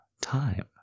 time